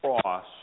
cross